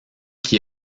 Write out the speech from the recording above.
qui